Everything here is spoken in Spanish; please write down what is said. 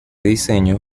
diseño